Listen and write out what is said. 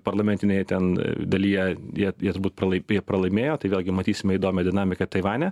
parlamentinėje ten dalyje jie jies būt pralaipė pralaimėjo tai vėlgi matysime įdomią dinamiką taivane